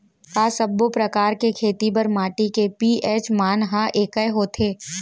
का सब्बो प्रकार के खेती बर माटी के पी.एच मान ह एकै होथे?